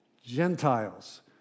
Gentiles